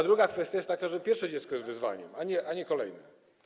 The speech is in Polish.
Druga kwestia jest taka, że pierwsze dziecko jest wyzwaniem, a nie kolejne.